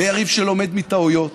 יריב שלומד מטעויות